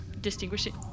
distinguishing